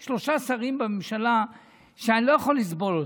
יש שלושה שרים בממשלה שאני לא יכול לסבול אותם.